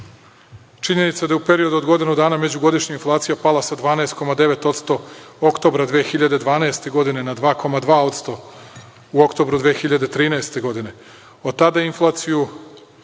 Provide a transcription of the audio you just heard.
Činjenica je da je u periodu od godinu dana međugodišnja inflacija pala sa 12,9% oktobra 2012. godine na 2,2% u oktobru 2013. godine. Od tada inflaciju